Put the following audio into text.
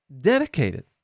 dedicated